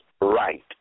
right